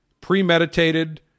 premeditated